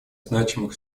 значимых